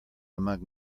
among